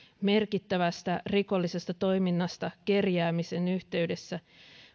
merkittävästä rikollisesta toiminnasta kerjäämisen yhteydessä